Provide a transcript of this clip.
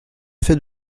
fait